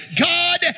God